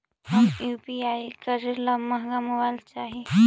हम यु.पी.आई करे ला महंगा मोबाईल चाही?